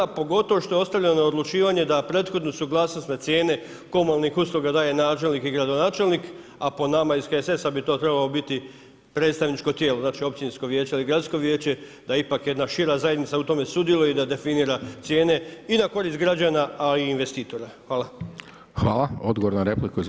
A pogotovo što je ostavljeno na odlučivanje da prethodnu suglasnost na cijene komunalnih usluga daje načelnik i gradonačelnik, a po nama iz HSS-a bi to trebalo biti predstavničko vijeće dakle, općinsko vijeće ili gradsko vijeće da ipak jedna zajednica u tome sudjeluje i da definira cijene i na korist građana, a i investitora.